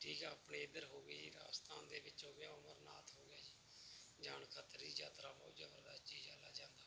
ਠੀਕ ਆ ਆਪਣੇ ਇੱਧਰ ਹੋ ਗਈ ਜੀ ਰਾਜਸਥਾਨ ਦੇ ਵਿੱਚ ਹੋ ਗਿਆ ਅਮਰਨਾਥ ਹੋ ਗਿਆ ਜੀ ਜਾਣ ਖਤਰੇ ਦੀ ਯਾਤਰਾ ਬਹੁਤ ਜ਼ਬਰਦਸਤ ਚੀਜ਼ ਵਾਲਾ